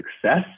success